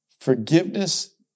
Forgiveness